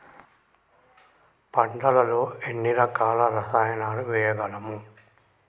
పంటలలో ఎన్ని రకాల రసాయనాలను వేయగలము?